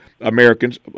Americans